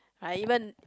like even